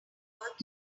work